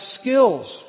skills